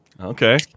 Okay